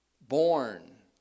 Born